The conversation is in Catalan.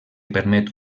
permet